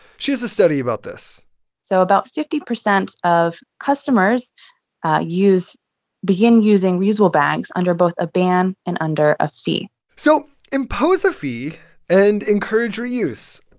she has a study about this so about fifty percent of customers use begin using reusable bags under both a ban and under a fee so impose a fee and encourage reuse.